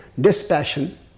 dispassion